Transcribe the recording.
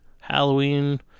Halloween